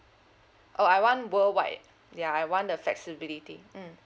uh I want worldwide ya I want the flexibility mm